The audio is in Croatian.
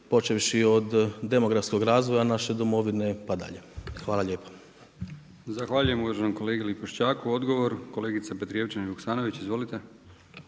počevši od demografskog razvoja naše domovine pa dalje. Hvala lijepa. **Brkić, Milijan (HDZ)** Zahvaljujem uvaženoj kolegi Lipošćaku. Odgovor kolegica Petrijevčanin-Vuksanović. Izvolite.